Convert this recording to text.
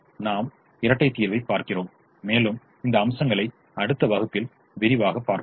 நாம் இரட்டை தீர்வைப் பார்க்கிறோம் மேலும் இந்த அம்சங்களை அடுத்த வகுப்பில் விரிவாக பார்ப்போம்